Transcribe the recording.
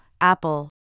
Apple